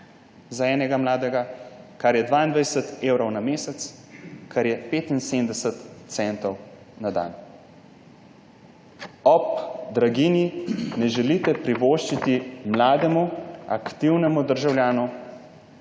za enega mladega, kar je 22 evrov na mesec, kar je 75 centov na dan. Ob draginji ne želite privoščiti mlademu aktivnemu državljanu,